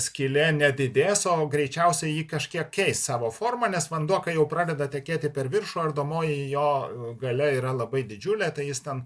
skylė nedidės o greičiausiai ji kažkiek keis savo formą nes vanduo kai jau pradeda tekėti per viršų ardomoji jo galia yra labai didžiulė tai jis ten